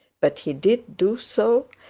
but he did do so,